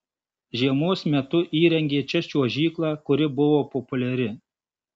žiemos metu įrengė čia čiuožyklą kuri buvo populiari